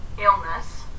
illness